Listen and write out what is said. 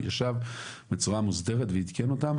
ישב בצורה מוסדרת ועדכן אותם.